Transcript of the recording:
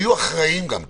והיו אחראים גם כן,